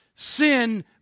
Sin